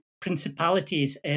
principalities